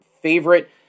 favorite